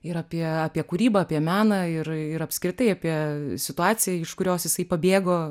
ir apie apie kūrybą apie meną ir ir apskritai apie situaciją iš kurios jisai pabėgo